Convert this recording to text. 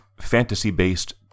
fantasy-based